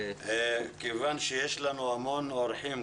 כיוון שיש לנו המון אורחים,